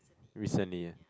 recently